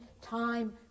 time